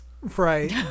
Right